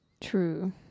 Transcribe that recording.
True